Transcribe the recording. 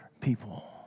people